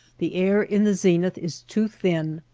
the air in the zenith is too thin,